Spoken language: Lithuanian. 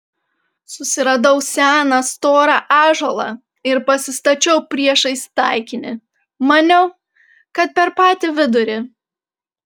susiradau seną storą ąžuolą ir pasistačiau priešais taikinį maniau kad per patį vidurį